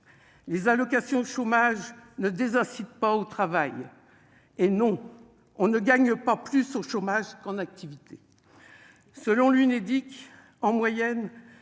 les allocations chômage ne des incite pas au travail et non, on ne gagne pas plus au chômage qu'en activité, selon l'Unédic, en moyenne,